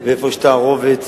ואיפה יש תערובת,